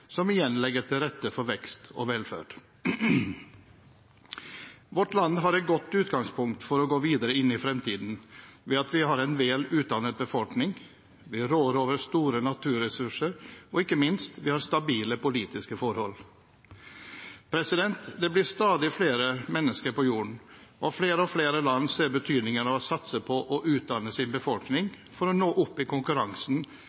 som igjen legger til rette for vekst og velferd. Vårt land har et godt utgangspunkt for å gå videre inn i fremtiden ved at vi har en velutdannet befolkning, vi rår over store naturressurser og – ikke minst – vi har stabile politiske forhold. Det blir stadig flere mennesker på jorden, og flere og flere land ser betydningen av å satse på å utdanne sin